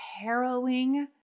harrowing